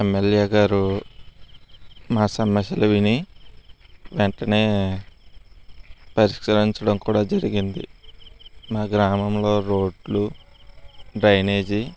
MLA గారు మా సమస్యలు విని వెంటనే పరిష్కరించడం కూడా జరిగింది మా గ్రామంలో రోడ్లు డ్రైనేజీ